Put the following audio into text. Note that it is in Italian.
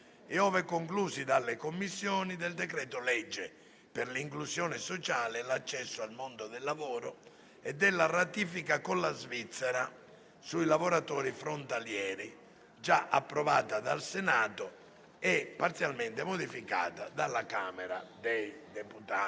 e, ove conclusi dalle Commissioni, del decreto-legge per l'inclusione sociale e l'accesso al mondo del lavoro e della ratifica con la Svizzera sui lavoratori frontalieri, già approvata dal Senato e parzialmente modificata dalla Camera dei deputati.